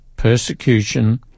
persecution